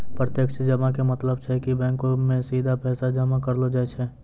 प्रत्यक्ष जमा के मतलब छै कि बैंको मे सीधा पैसा जमा करलो जाय छै